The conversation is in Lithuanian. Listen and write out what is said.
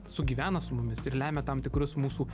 sugyvena su mumis ir lemia tam tikrus mūsų